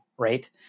Right